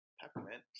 Peppermint